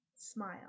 smile